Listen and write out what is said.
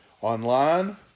online